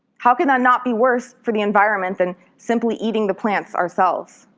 how can that not be worse for the environment than simply eating the plants ourselves?